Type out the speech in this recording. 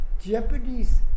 Japanese